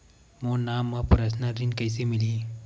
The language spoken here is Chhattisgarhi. मोर नाम म परसनल ऋण कइसे मिलही?